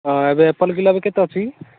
ହଁ ଏବେ apple kilo ଏବେ କେତେ ଅଛି କି